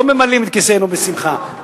לא ממלאים את כיסינו בשמחה,